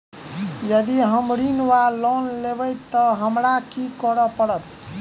यदि हम ऋण वा लोन लेबै तऽ हमरा की करऽ पड़त?